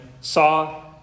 saw